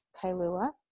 kailua